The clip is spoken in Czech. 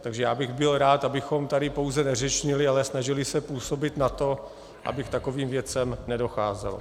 Takže já bych byl rád, abychom tady pouze neřečnili, ale snažili se působit na to, aby k takovým věcem nedocházelo.